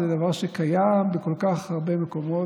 זה דבר שקיים בכל כך הרבה מקומות.